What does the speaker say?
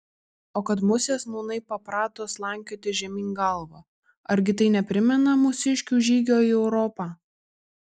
o kad musės nūnai paprato slankioti žemyn galva argi tai neprimena mūsiškių žygio į europą